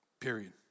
Period